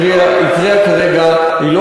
ההגדרה ששרת הבריאות הקריאה כרגע היא,